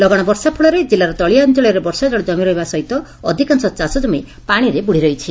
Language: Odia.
ଲଗାଶ ବର୍ଷା ଫଳରେ ଜିଲ୍ଲାର ତଳିଆ ଅଞ୍ଞଳରେ ବର୍ଷା ଜଳ କମି ରହିବା ସହିତ ଅଧିକାଂଶ ଚାଷଜମି ପାଶିରେ ବୁଡ଼ି ରହିଛି